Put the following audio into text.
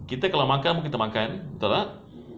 kita kalau makan kita makan